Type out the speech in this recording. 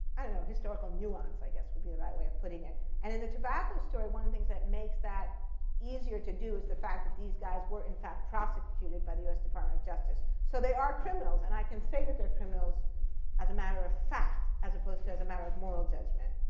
i don't know, historical nuance, i guess would be the right way of putting it? and in the tobacco story, one of things that makes that easier to do is the fact that these guys were, in fact, prosecuted by the us department of justice. so they are criminals, and i can say that they're criminals as a matter of fact, as opposed to as a matter of moral judgment.